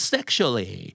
Sexually